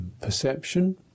Perception